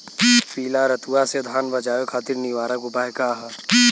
पीला रतुआ से धान बचावे खातिर निवारक उपाय का ह?